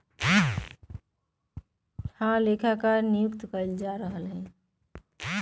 हर एक देश में कुछ ही सनदी लेखाकार नियुक्त कइल जा हई